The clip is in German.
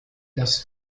das